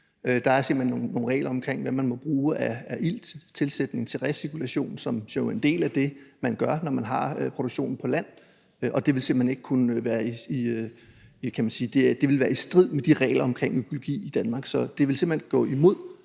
hen nogle regler for, hvad man må bruge af ilttilsætning til recirkulation, som jo er en del af det, man gør, når man har produktionen på land. Det vil være i strid med reglerne for økologi i Danmark, så det vil simpelt hen gå imod